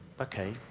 okay